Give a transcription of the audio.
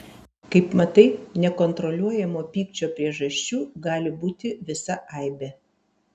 kaip matai nekontroliuojamo pykčio priežasčių gali būti visa aibė